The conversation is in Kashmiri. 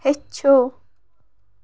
ہیٚچھو